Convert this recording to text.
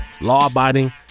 law-abiding